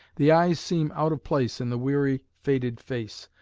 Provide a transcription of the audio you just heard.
the eyes seem out of place in the weary, faded face,